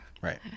right